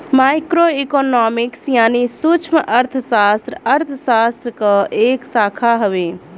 micro economics यानी सूक्ष्मअर्थशास्त्र अर्थशास्त्र क एक शाखा हउवे